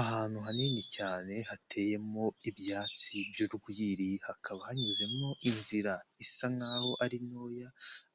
Ahantu hanini cyane hateyemo ibyatsi by'urwiri, hakaba hanyuzemo inzira isa nk'aho ari ntoya,